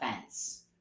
fence